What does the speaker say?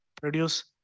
produce